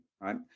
right